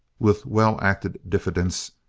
with well-acted diffidence,